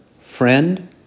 friend